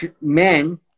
men